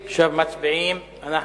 תודה, אדוני השר.